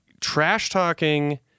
trash-talking